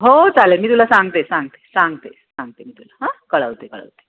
हो चालेल मी तुला सांगते सांगते सांगते सांगते मी तुला हां कळवते कळवते